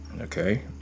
okay